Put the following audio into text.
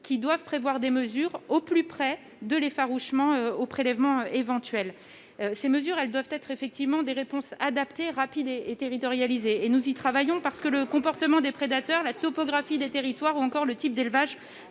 qui doivent prévoir des mesures au plus près, de l'effarouchement aux prélèvements éventuels. Ces mesures doivent effectivement constituer des réponses adaptées, rapides et territorialisées. Nous y travaillons. Parce que le comportement des prédateurs, la topographie des territoires ou encore le type d'élevages